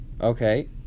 Okay